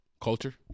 culture